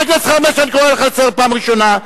אני קורא לך לסדר פעם ראשונה.